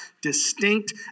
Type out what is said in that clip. distinct